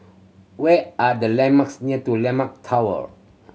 where are the landmarks near Landmark Tower